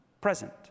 present